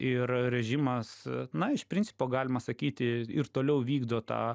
ir režimas na iš principo galima sakyti ir toliau vykdo tą